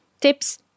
tips